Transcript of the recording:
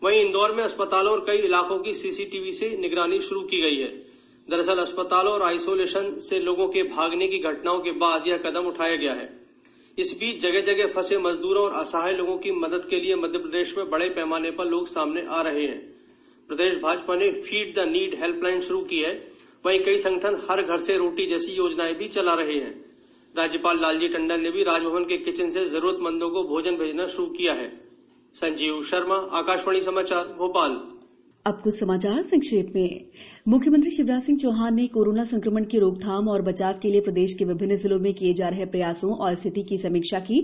वहीं इंदौर में अस्पतालों और कई इलाकों की सीसीटीवी से निगरानी शुरू की गयी है दरअसल अस्पतालों और आइसोलेशन से लोगों के भागने की घटनाओं के बाद यह कदम उठाया गया है इसी बीच जगह जगह फंसे मजदूरों और असहाय लोगों की मदद के लिए मप्र में बड़े पैमाने पर लोग सामने आ रहे हैं प्रदेश भाजपा ने फीड द नीड हेल्पलाइन शुरू की है वहीं कई संगठन हर घर से रोटी जैसी योजनाएं चला रहे हैं राज्यपाल लालजी टंडन ने भी राजभवन के किचिन से जरुरतमंदों को भोजन भेजना शुरू किया है अब कुछ समाचार संक्षेप में मुख्यमंत्री शिवराज सिंह चौहान ने कोरोना संक्रमण की रोकथाम एवं बचाव हेत् प्रदेश के विभिन्न जिलों में किए जा रहे प्रयासों एवं स्थिति की समीक्षा की गयी